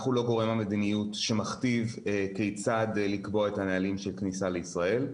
אנחנו לא גורם המדיניות שמכתיב כיצד לקבוע את הנהלים של כניסה לישראל.